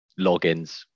Logins